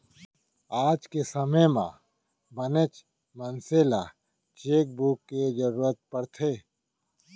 आज के समे म बनेच मनसे ल चेकबूक के जरूरत परथे